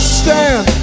stand